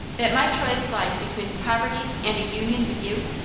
that my choice lies between poverty and a union with you?